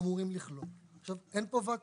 אין כאן ואקום.